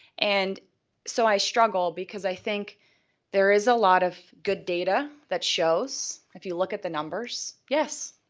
and so i struggled because i think there is a lot of good data that shows. if you look at the numbers, yes,